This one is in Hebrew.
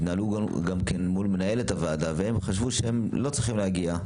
גם התנהלו מול מנהלת הוועדה והם חשבו שהם לא צריכים להגיע.